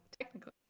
technically